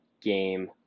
game